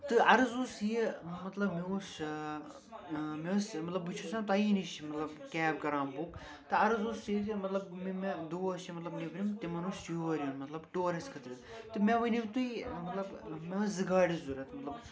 تہٕ عرض اوس یہِ مطلب مےٚ اوس مےٚ ٲس مطلب بہٕ چھُس نا تۄہی نِش مطلب کیب کران بُک تہٕ عرض اوس یہِ زِ مطلب یِم مےٚ چھِ مطلب نٮ۪برِم تِمَن اوس یور یُن مطلب ٹورَس خٲطرٕ تہٕ مےٚ ؤنِو تُہۍ مطلب مےٚ آسہٕ زٕ گاڑِ ضوٚرَتھ